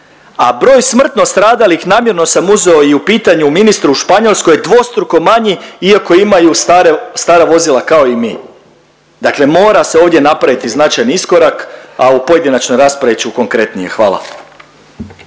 a broj smrtno stradalih namjerno sam uzeo i u pitanju ministru u Španjolskoj je dvostruko manji iako imaju star… stara vozila kao i mi. Dakle, mora se ovdje napraviti značajni iskorak, a u pojedinačnoj raspravi ću konkretnije. Hvala.